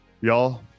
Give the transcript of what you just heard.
Y'all